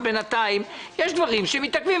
אבל בינתיים יש דברים שמתעכבים.